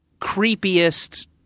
creepiest